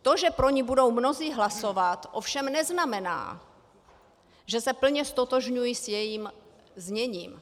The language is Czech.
To, že pro ni budou mnozí hlasovat, ovšem neznamená, že se plně ztotožňují s jejím zněním.